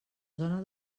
zona